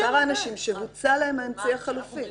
שאר האנשים שבוצע להם האמצעי החלופי.